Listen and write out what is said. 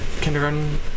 kindergarten